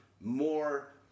more